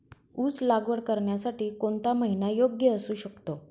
ऊस लागवड करण्यासाठी कोणता महिना योग्य असू शकतो?